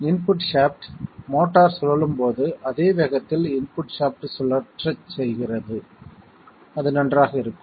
input shaft motor சுழலும் போது அதே வேகத்தில் இன்புட் ஷாப்ட் சுழற்ற செய்கிறது அது நன்றாக இருக்கும்